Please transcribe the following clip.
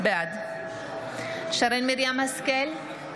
בעד שרן מרים השכל,